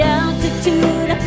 altitude